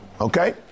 Okay